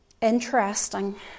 Interesting